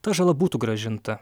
ta žala būtų grąžinta